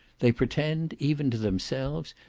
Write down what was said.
they pretend, even to themselves,